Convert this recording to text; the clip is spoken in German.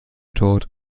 tot